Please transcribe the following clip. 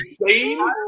Insane